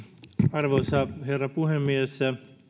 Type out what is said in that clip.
arvoisa herra puhemies